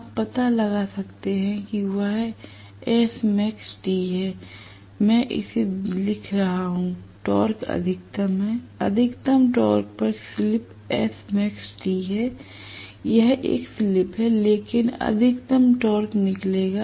आप पता लगा सकते हैं और वह SmaxT है मैं इसे लिख रहा हूं टॉर्क अधिकतम है अधिकतम टॉर्क पर स्लिप SmaxT है यह एक स्लिप है लेकिन अधिकतम टॉर्क निकलेगा